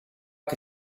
che